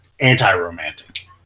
anti-romantic